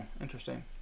interesting